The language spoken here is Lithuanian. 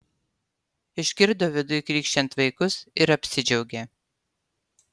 išgirdo viduj krykščiant vaikus ir apsidžiaugė